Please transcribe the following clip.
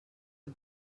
the